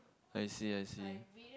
I see I see